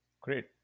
Great